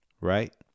Right